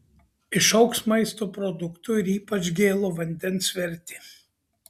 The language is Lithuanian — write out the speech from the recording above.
išaugs maisto produktų ir ypač gėlo vandens vertė